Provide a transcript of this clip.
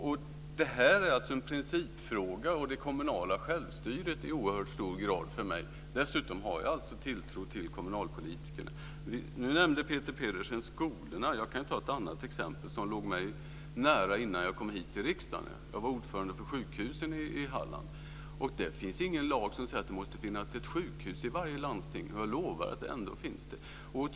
Det kommunala självstyret är alltså en principfråga i oerhört hög grad. Dessutom har jag alltså tilltro till kommunpolitikerna. Peter Pedersen nämnde skolorna. Jag kan ta ett annat exempel, som låg mig nära innan jag kom hit till riksdagen. Jag var ordförande för sjukhusen i Halland. Det finns ingen lag som säger att det måste finnas ett sjukhus i varje landsting, men jag lovar att det ändå finns.